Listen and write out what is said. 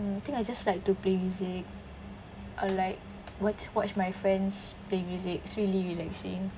mm I think I just like to play music or like watch watch my friends play music it's really relaxing